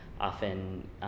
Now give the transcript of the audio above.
often